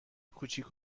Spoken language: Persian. کوچیک